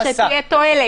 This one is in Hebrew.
אז שתהיה התועלת.